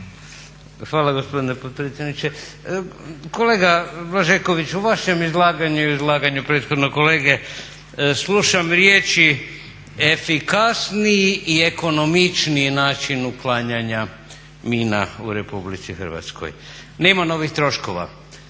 Hvala gospodine potpredsjedniče. Kolega Blažekoviću, vašem izlaganju i izlaganju prethodnog kolege slušam riječi efikasniji i ekonomičniji način uklanjanja mina u RH. Nema novih troškova.